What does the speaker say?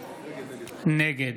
נגד